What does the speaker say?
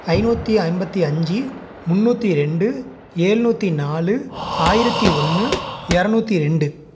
ஐநூற்றி ஐம்பத்தி அஞ்சு முந்நூற்றி ரெண்டு ஏழுநூத்தி நாலு ஆயிரத்தி ஒன்று இரநூத்தி ரெண்டு